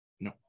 No